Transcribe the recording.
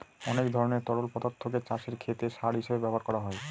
অনেক ধরনের তরল পদার্থকে চাষের ক্ষেতে সার হিসেবে ব্যবহার করা যায়